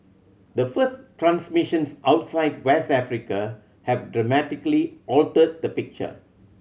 the first transmissions outside West Africa have dramatically altered the picture